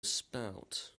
spout